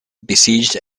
besieged